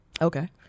okay